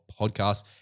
podcast